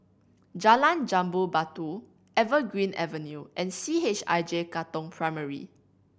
Jalan Jambu Batu Evergreen Avenue and C H I J Katong Primary